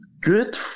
good